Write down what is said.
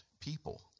people